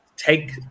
take